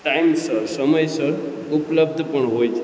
ટાઈમસર સમયસર ઉપલબ્ધ પણ હોય છે